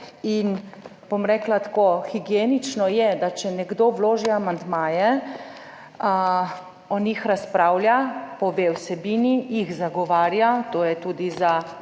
In, bom rekla tako, higienično je, da če nekdo vloži amandmaje, o njih razpravlja pove o vsebini, jih zagovarja, to je tudi za